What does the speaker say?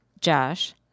Josh